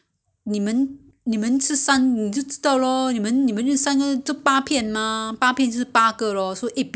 十个 ah 这样子你就 you know 买一买一包 lor 如果是里面有五个你就买两包咯 you know